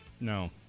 No